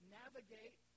navigate